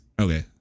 Okay